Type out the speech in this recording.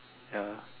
ya